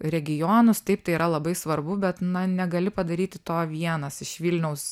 regionus taip tai yra labai svarbu bet na negali padaryti to vienas iš vilniaus